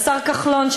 השר כחלון,